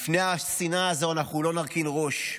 בפני השנאה הזאת אנחנו לא נרכין ראש,